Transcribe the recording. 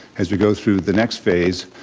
as we go through the next phase,